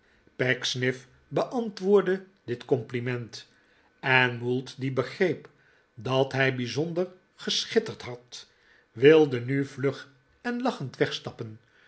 pecksniff beantwoordde dit compliment en mould die begreep dat hij bijzonder geschitterd had wilde nu vlug en lachend wegstappen